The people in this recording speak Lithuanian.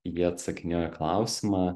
jie atsakinėjo į klausimą